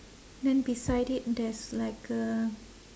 then beside it there's like a